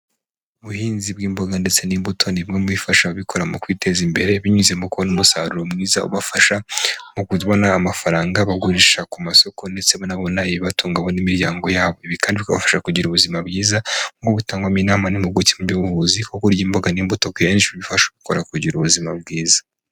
Ubuhinzi bw'imboga ndetse n'imbuto, ni bumwe mu bifasha ababikora mu kwiteza imbere, binyuze mu kubona umusaruro mwiza ubafasha, nko kubona amafaranga bagurisha ku masoko, ndetse banabona ibibatunga bo n'imiryango yabo, ibi kandi bikabafasha kugira ubuzima bwiza, nk'uko bitangwamo inama n'impuguke mu by'ubuvuzi ko kurya imboga n'imbuto kenshi, bifasha ubikora kugira ubuzima bwiza.